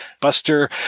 Buster